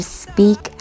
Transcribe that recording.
speak